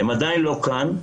הם עדיין לא כאן.